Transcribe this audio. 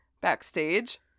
backstage